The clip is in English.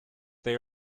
they